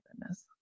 goodness